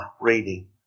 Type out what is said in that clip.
reading